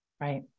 Right